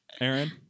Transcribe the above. Aaron